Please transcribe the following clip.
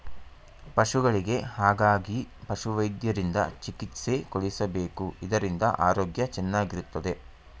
ಪಶುಗಳಿಗೆ ಹಾಗಾಗಿ ಪಶುವೈದ್ಯರಿಂದ ಚಿಕಿತ್ಸೆ ಕೊಡಿಸಬೇಕು ಇದರಿಂದ ಆರೋಗ್ಯ ಚೆನ್ನಾಗಿರುತ್ತದೆ